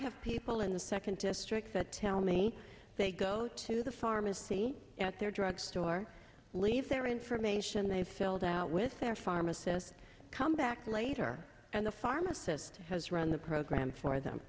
have people in the second district that tell me they go to the pharmacy at their drugstore leave their information they've filled out with their pharmacist come back later and the pharmacist has run the program for them